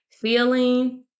feeling